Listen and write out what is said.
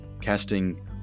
casting